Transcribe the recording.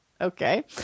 okay